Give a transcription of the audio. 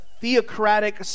theocratic